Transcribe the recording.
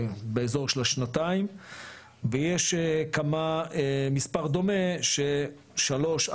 באזור של השנתיים ויש כמה מס' דומה של שלוש,